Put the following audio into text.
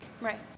right